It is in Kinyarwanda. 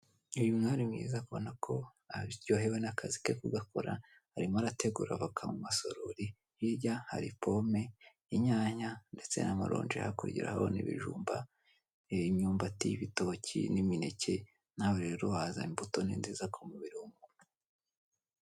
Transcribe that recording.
Uyu mwari mwiza ubona ko aryohewe n'akazi ke kugakora, arimo arategura voka mu masorori, hirya hari pome, inyanya, ndetse n'amaronje. Kahurya urahabona ibijumba, imyumbati, ibitoki, n'imineke, nawe rero waza, imbuto ni nziza ku mubiri w'umuntu.